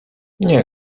nie